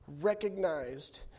recognized